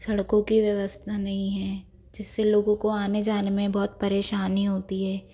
सड़कों की व्यवस्था नहीं है जिसे लोगों को आने जाने में बहुत परेशानी होती है